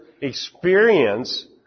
experience